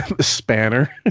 spanner